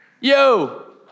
Yo